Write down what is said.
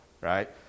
Right